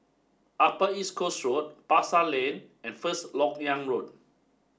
Upper East Coast Road Pasar Lane and First Lok Yang Road